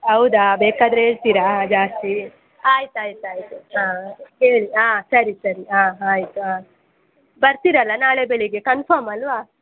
ಹೌದಾ ಬೇಕಾದರೆ ಹೇಳ್ತೀರಾ ಜಾಸ್ತಿ ಆಯ್ತು ಆಯ್ತು ಆಯ್ತು ಹಾಂ ಹೇಳಿ ಹಾಂ ಸರಿ ಸರಿ ಹಾಂ ಆಯ್ತು ಹಾಂ ಬರ್ತೀರಲ್ಲ ನಾಳೆ ಬೆಳಿಗ್ಗೆ ಕನ್ಫರ್ಮ್ ಅಲ್ವಾ